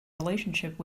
relationship